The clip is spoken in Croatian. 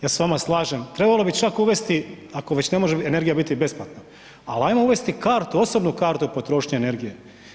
Ja se s vama slažem, trebalo bi čak uvesti, ako već ne može energija biti besplatna, ali ajmo uvesti kartu, osobnu kartu potrošnje energije.